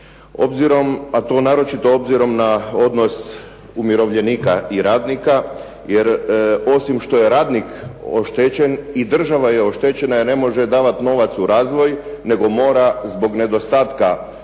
svojim metastaziranjem. Obzirom na odnos umirovljenika i radnika, jer osim što je radnik oštećen i država je oštećena jer ne može davati novac u razvoj nego mora zbog nedostatka novaca